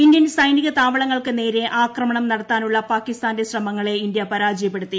Indian സൈനിക താവളങ്ങൾക്ക് നേരെ ആക്രമണം നടത്താനുള്ള പാകിസ്ഥാന്റെ ശ്രമങ്ങളെ ഇന്ത്യ പരാജയപ്പെടുത്തി